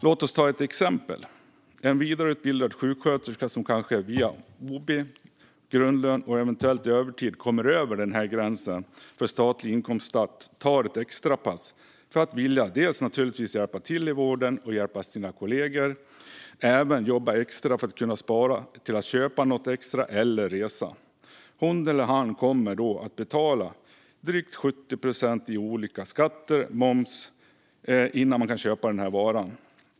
Låt oss ta ett exempel: En vidareutbildad sjuksköterska som med OB, grundlön och eventuell övertid kommer över gränsen för statlig inkomstskatt kanske tar ett extrapass för att hjälpa till och stötta sina kollegor - och kanske även för att kunna spara till att köpa något extra eller resa. Hon eller han kommer då att få betala drygt 70 procent i olika skatter och moms för att köpa varan.